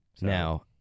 Now